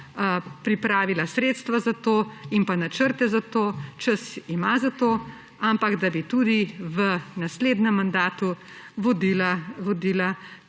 pripravila sredstva in načrte za to, čas za to ima, ampak da bi tudi v naslednjem mandatu vodila